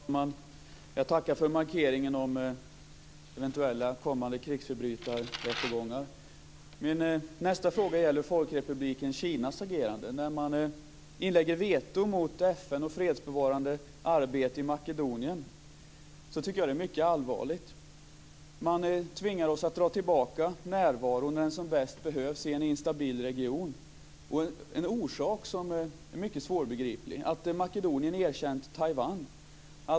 Fru talman! Jag tackar för markeringen om eventuella kommande krigsförbrytarrättegångar. Min nästa fråga gäller Folkrepubliken Kinas agerande. När man inlägger veto mot FN och det fredsbevarande arbetet i Makedonien tycker jag att det är mycket allvarligt. Man tvingar oss att dra tillbaka närvaron när den som bäst behövs i en instabil region och man gör det av en orsak som är mycket svårbegriplig: att Makedonien erkänt Taiwan.